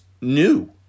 new